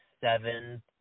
seven